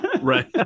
Right